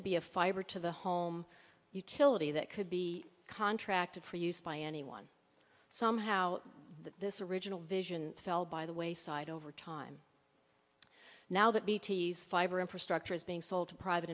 to be a fiber to the home utility that could be contracted for use by anyone somehow this original vision fell by the wayside over time now that b t s fiber infrastructure is being sold to private